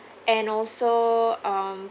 and also um